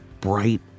bright